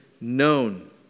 known